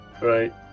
Right